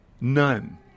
none